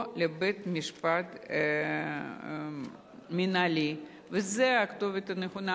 בית-משפט מינהלי, וזו הכתובת הנכונה.